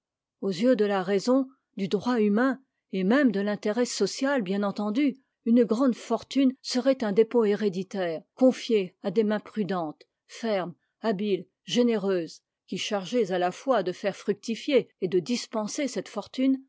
aux yeux de la raison du droit humain et même de l'intérêt social bien entendu une grande fortune serait un dépôt héréditaire confié à des mains prudentes fermes habiles généreuses qui chargées à la fois de faire fructifier et de dispenser cette fortune